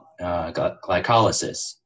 glycolysis